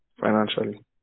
financially